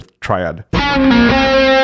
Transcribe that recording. triad